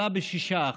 עלה ב-6%.